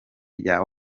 rya